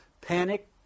panic